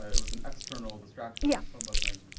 it was an external distraction yeah from buzzing,